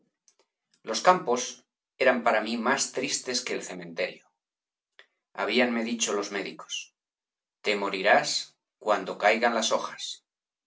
los campos eran para mí más tristes que el cementerio habíanme dicho los médicos te morirás cuando caigan las hojas